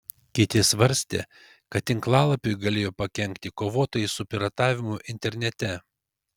kiti svarstė kad tinklalapiui galėjo pakenkti kovotojai su piratavimu internete